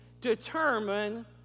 determine